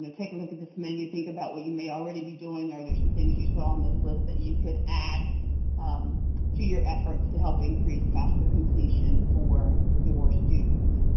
take a look at this menu, think about what you may already be doing, are there some things you saw on this list that you could add um to your efforts to help increase fafsa completion for your students.